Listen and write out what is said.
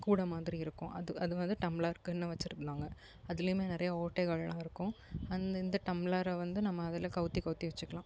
கூட மாதிரி இருக்கும் அது அது வந்து டம்ளருக்குன்னு வச்சிருந்தாங்கள் அதிலயுமே நிறைய ஓட்டைகள்லாம் இருக்கும் அந் இந்த டம்ளரை வந்து நம்ம அதில் கவுத்தி கவுத்தி வச்சிக்கலாம்